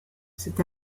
cet